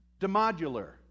demodular